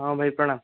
ହଁ ଭାଇ ପ୍ରଣାମ